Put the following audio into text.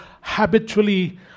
habitually